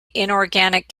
inorganic